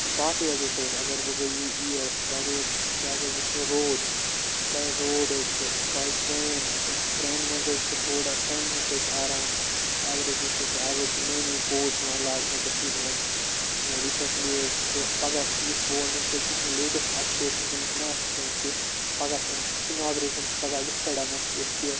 باقٕے حظ وُچھو أسۍ اگر وۄنۍ گٔے یہِ اِیَر بیٛاکھ حظ روڈ باے روڈ حظ چھِ باے ٹرٛین چھِ ٹرٛینہِ منٛز حظ چھُ تھوڑا ٹرٛینہِ منٛز تہِ حظ چھُ آرام تہٕ اگر أسۍ وُچھو کہِ آز حظ چھِ نٔے نٔے کوچ یِوان لاگنہٕ کٔشیٖرِ منٛز ٲں ریٖسیٚنٛٹلی حظ چھِ پَگاہ چھِ یہِ بہٕ وَنہٕ یِتھ پٲٹھۍ کہِ یہِ چھِ مےٚ لیٹیٚسٹہٕ اَپڈیٹ وُنٛکیٚس مےٚ اَتھہِ وُنٛکیٚس کہِ پَگاہ چھِ اِناگریشَن چھِ پَگاہ وِسٹَرڈمَس یۄس کہِ